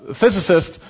physicists